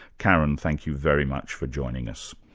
karen, thank you very much for joining us.